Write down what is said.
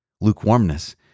Lukewarmness